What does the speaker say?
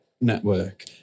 network